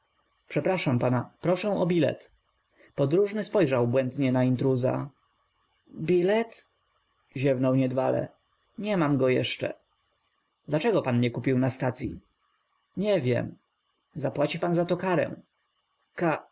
n a proszę o bilet p odróżny spojrzał błędnie na in tru z a b ile t ziew nął niedbale nie mam go jeszcze dlaczego pan nie kupił na stacyi nie wiem zapłaci pan zato karę